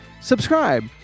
subscribe